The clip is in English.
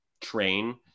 train